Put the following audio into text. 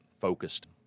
focused